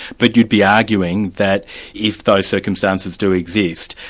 but you'd be arguing that if those circumstances do exist,